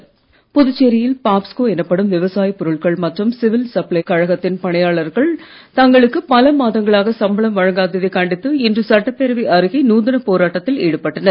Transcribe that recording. போராட்டம் புதுச்சேரியின் பாப்ஸ்கோ எனப்படும் விவசாய பொருட்கள் மற்றும் சிவில் சப்ளைஸ் கழகத்தின் பணியாளர்கள் தங்களுக்கு பல மாதங்களாக சம்பளம் வழங்காததை கண்டித்து இன்று சட்டப்பேரவை அருகே நூதன போராட்டத்தில் ஈடுபட்டனர்